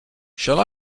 shall